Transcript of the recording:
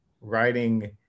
writing